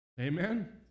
Amen